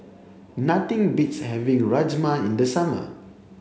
nothing beats having Rajma in the summer